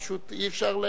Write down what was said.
פשוט אי-אפשר,